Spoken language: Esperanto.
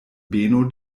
beno